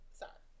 sorry